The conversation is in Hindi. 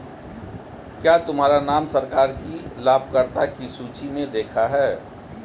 क्या तुम्हारा नाम सरकार की लाभकर्ता की सूचि में देखा है